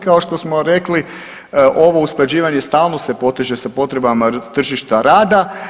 Kao što smo rekli ovo usklađivanje stalno se poteže sa potrebama tržišta rada.